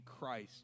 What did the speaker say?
Christ